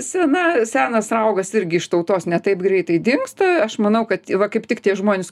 sena senas raugas irgi iš tautos ne taip greitai dingsta aš manau kad va kaip tik tie žmonės